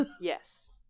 Yes